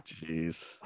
jeez